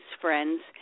friends